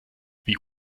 wie